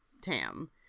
Tam